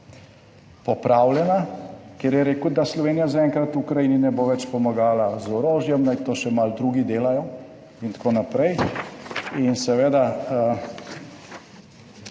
popravljena, ker je rekel, da Slovenija zaenkrat Ukrajini ne bo več pomagala z orožjem, naj to še malo drugi delajo in tako naprej. Seveda